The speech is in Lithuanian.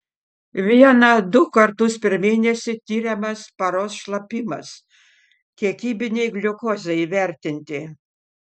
vieną du kartus per mėnesį tiriamas paros šlapimas kiekybinei gliukozei įvertinti